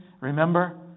remember